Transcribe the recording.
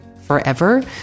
forever